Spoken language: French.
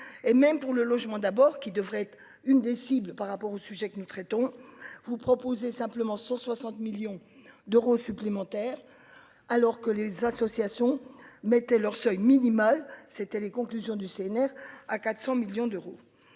et même pour le logement d'abord qui devrait être une des cibles par rapport au sujet que nous traitons vous proposer simplement 160 millions d'euros supplémentaires alors que les associations mettaient leur seuil minimal c'était les conclusions du CNR à 400 millions d'euros.